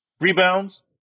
rebounds